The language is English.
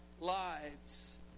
lives